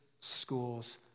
schools